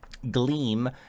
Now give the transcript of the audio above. gleam